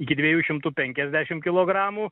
iki dviejų šimtų penkiasdešim kilogramų